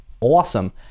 awesome